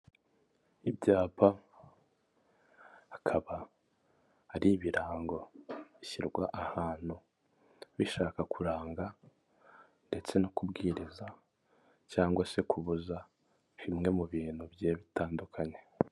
Ibyapa akaba hariho ibirango bishyirwa ahantu bishaka kuranga ndetse no kubwiriza cyangwa se kubuza bimwe mu bintu bigiye bitandukanye.